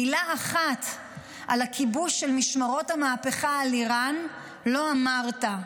מילה אחת על הכיבוש של משמרות המהפכה על איראן לא אמרת,